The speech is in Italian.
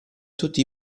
tutti